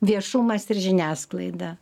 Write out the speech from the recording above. viešumas ir žiniasklaida